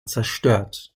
zerstört